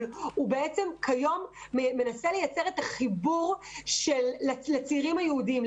אבל כיום הוא מנסה ליצור את החיבור לצעירים היהודים,